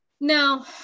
Now